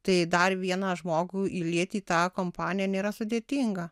tai dar vieną žmogų įlieti į tą kompaniją nėra sudėtinga